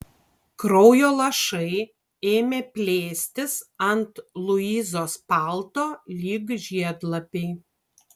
kraujo lašai ėmė plėstis ant luizos palto lyg žiedlapiai